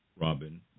Robin